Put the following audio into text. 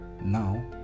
now